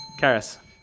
Karis